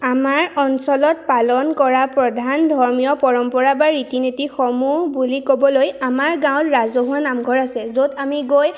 আমাৰ অঞ্চলত পালন কৰা প্ৰধান ধৰ্মীয় পৰম্পৰা বা ৰীতি নীতিসমূহ বুলি ক'বলৈ আমাৰ গাঁৱত ৰাজহুৱা নামঘৰ আছে য'ত আমি গৈ